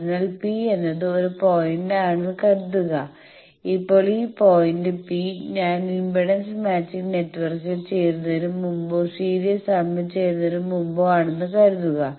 അതിനാൽ P എന്നത് ഒരു പോയിന്റാണെന്ന് കരുതുക ഇപ്പോൾ ഈ പോയിന്റ് P ഞാൻ ഇംപെഡൻസ് മാച്ചിംഗ് നെറ്റ്വർക്കിൽ ചേരുന്നതിന് മുമ്പോ സീരീസ് ആമിൽ ചേരുന്നതിന് മുമ്പോ ആണെന്ന് കരുതുക